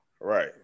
Right